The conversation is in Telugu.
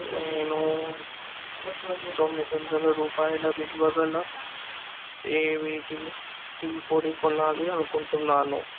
నేను తొమ్మిదొందల రూపాయల విలువ గల ఏవీటీ టీ పొడి కొనాలి అనుకుంటున్నాను